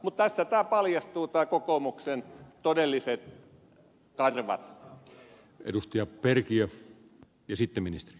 mutta tässä paljastuvat nämä kokoomuksen todelliset karvat